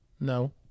No